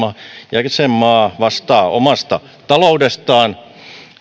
jäsenmaa vastaa omasta taloudestaan